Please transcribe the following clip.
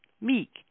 meek